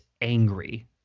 angry